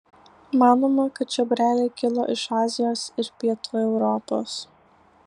manoma kad čiobreliai kilo iš azijos ir pietų europos